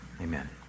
amen